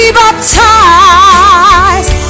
baptized